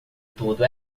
todo